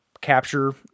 capture